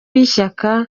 y’ishyaka